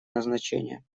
назначения